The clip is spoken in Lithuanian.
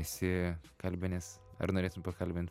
esi kalbinęs ar norėtum pakalbint